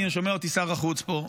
שומע אותי שר החוץ פה,